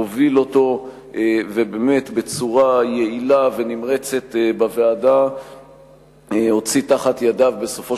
הוביל אותו באמת בצורה יעילה ונמרצת בוועדה והוציא מתחת ידיו בסופו